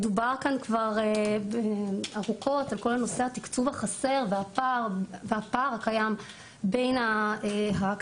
דובר כאן כבר ארוכות על כל נושא התקצוב החסר והפער הקיים בין הכספים,